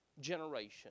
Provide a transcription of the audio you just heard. generation